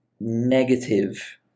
negative